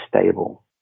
stable